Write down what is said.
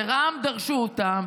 שרע"מ דרשו אותם,